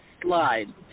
Slide